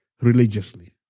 religiously